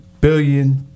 billion